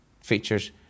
features